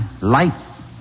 life